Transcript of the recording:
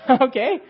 Okay